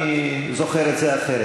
אני זוכר את זה אחרת.